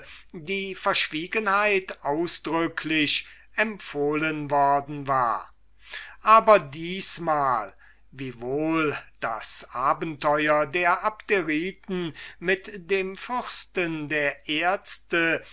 die verschwiegenheit ausdrücklich empfohlen worden war aber diesesmal wiewohl das abenteuer der abderiten mit dem fürsten der ärzte